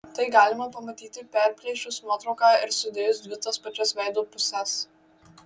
tai galima pamatyti perplėšus nuotrauką ir sudėjus dvi tas pačias veido puses